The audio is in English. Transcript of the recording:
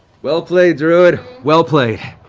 well played, druid. well played.